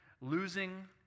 losing